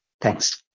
Thanks